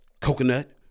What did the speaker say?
Coconut